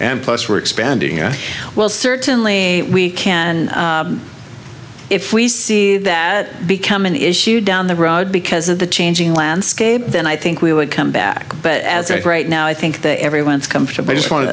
and plus we're expanding as well certainly we can and if we see that become an issue down the road because of the changing landscape then i think we would come back but as a right now i think that everyone's comfortable